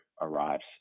arrives